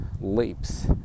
leaps